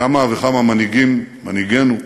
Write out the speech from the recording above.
כמה וכמה מנהיגים, מנהיגינו,